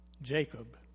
Jacob